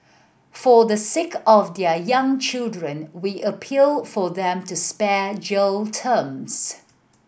for the sake of their young children we appeal for them to spared jail terms